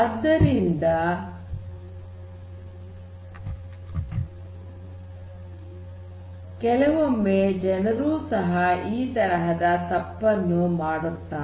ಆದ್ದರಿಂದ ಕೆಲವೊಮ್ಮೆ ಜನರೂ ಸಹ ಈ ತರಹದ ತಪ್ಪನ್ನು ಮಾಡುತ್ತಾರೆ